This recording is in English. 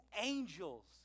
angels